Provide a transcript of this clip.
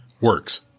works